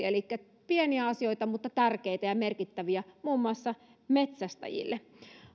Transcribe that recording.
elikkä pieniä asioita mutta tärkeitä ja merkittäviä muun muassa metsästäjille